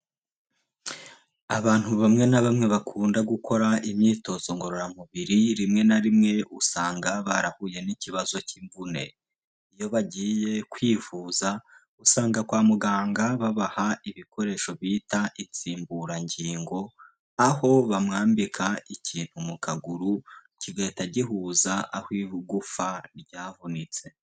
Abantu bamwe na bamwe bakunda gukora imyitozo ngororamubiri rimwe na rimwe usanga barahuye n'ikibazo cy'imvune, iyo bagiye kwivuza usanga kwa muganga babaha ibikoresho bita insimburangingo, aho bamwambika ikintu mu kaguru kigahita gihuza aho igufa ryavunitse.